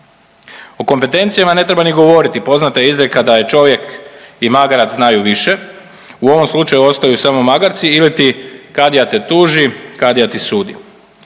O kompetencijama ne treba ni govoriti. Poznata je izreka da čovjek i magarac znaju više, u ovom slučaju ostaju samo magarci iliti kadija te tuži, kadija ti sudi.